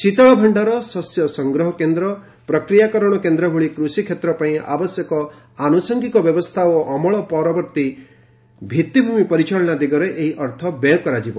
ଶୀତଳଭଣ୍ଡାର ଶସ୍ୟ ସଂଗ୍ରହ କେନ୍ଦ୍ର ପ୍ରକ୍ରିୟାକରଣ କେନ୍ଦ୍ର ଭଳି କୃଷି କ୍ଷେତ୍ର ପାଇଁ ଆବଶ୍ୟକ ଆନୁଷଙ୍ଗିକ ବ୍ୟବସ୍ଥା ଓ ଅମଳ ପରବର୍ତ୍ତୀ ଭିତ୍ତିଭୂମି ପରିଚାଳନା ଦିଗରେ ଏହି ଅର୍ଥ ବ୍ୟୟ କରାଯିବ